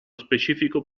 specifico